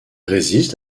résiste